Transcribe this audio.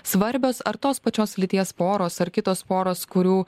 svarbios ar tos pačios lyties poros ar kitos poros kurių